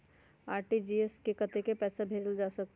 RTGS से कतेक पैसा भेजल जा सकहु???